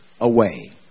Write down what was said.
away